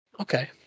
okay